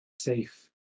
Safe